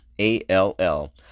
A-L-L